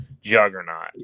juggernaut